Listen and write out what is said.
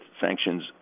sanctions